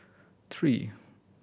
three